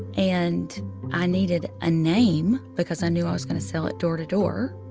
and i needed a name because i knew i was going to sell it door to door.